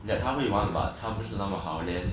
that 他会玩 but 他不是那么好 then